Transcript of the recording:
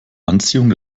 anziehung